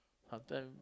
sometimes